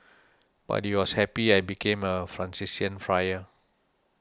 but he was happy I became a Franciscan friar